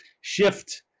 shift